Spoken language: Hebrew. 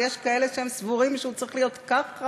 ויש כאלה שסבורים שהוא צריכים להיות ככה,